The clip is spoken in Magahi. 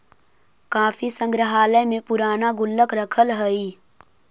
काफी संग्रहालय में पूराना गुल्लक रखल हइ